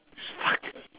s~ fuck